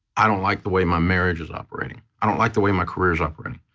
i don't like the way my marriage is operating, i don't like the way my career is operating,